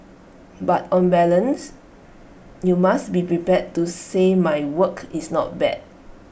but on balance you must be prepared to say my work is not bad